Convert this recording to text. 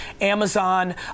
Amazon